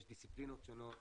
יש דיסציפלינות שונות